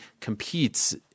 competes